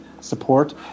support